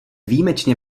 výjimečně